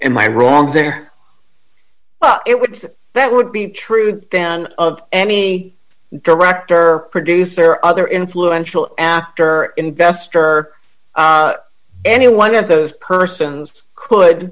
am i wrong there but it would that would be true then of any director producer other influential apter investor any one of those persons could